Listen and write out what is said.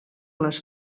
les